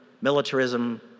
militarism